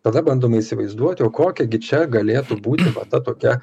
tada bandoma įsivaizduoti o kokia gi čia galėtų būti va ta tokia